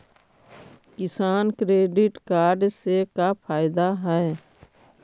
किसान credit card से का फायदा है?